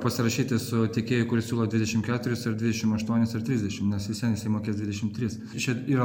pasirašyti su tiekėju kuris siūlo dvidešim keturis ar dvidešim aštuonis ar trisdešim nes vis vien jisai mokės dvidešim tris tai čia yra